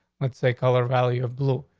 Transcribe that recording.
let's say color valley of blue.